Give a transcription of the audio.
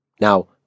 Now